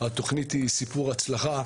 התוכנית היא סיפור הצלחה,